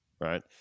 right